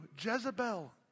Jezebel